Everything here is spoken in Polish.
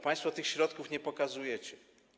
Państwo tych środków nie pokazujecie.